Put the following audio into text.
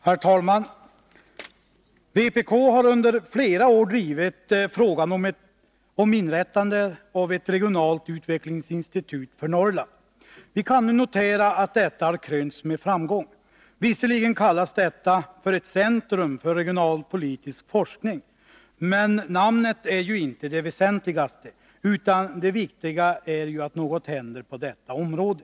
Herr talman! Vpk har under flera år drivit frågan om inrättande av ett regionalt utvecklingsinstitut för Norrland. Vi kan nu notera att detta har krönts med framgång. Visserligen kallas det ”ett centrum för regionalpolitisk forskning”, men namnet är ju inte det väsentligaste, utan det viktiga är att något händer på detta område.